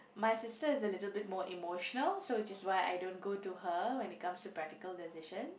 my sister is a little bit more emotional so which is why I don't go to her when it comes to practical decision